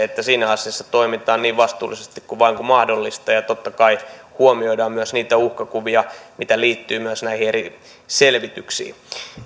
että siinä asiassa toimitaan niin vastuullisesti kuin vain mahdollista ja totta kai huomioidaan myös niitä uhkakuvia mitä liittyy myös näihin eri selvityksiin